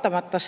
Vaatamata